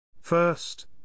First